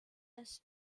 est